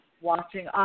watching